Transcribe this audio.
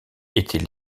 était